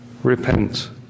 Repent